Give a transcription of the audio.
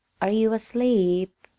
are you asleep?